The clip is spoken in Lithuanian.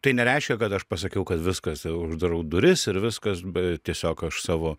tai nereiškia kad aš pasakiau kad viskas uždarau duris ir viskas be tiesiog aš savo